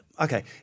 okay